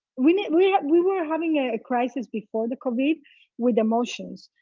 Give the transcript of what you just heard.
we were yeah we were having a crisis before the covid with emotions.